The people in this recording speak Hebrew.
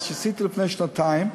מה שעשיתי לפני שנתיים.